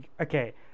okay